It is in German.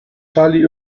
charlie